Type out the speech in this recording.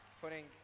putting